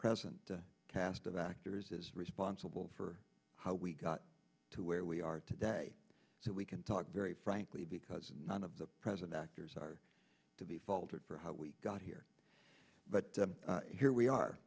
present cast of actors is responsible for how we got to where we are today so we can talk very frankly because none of the president years are to be faulted for how we got here but here we are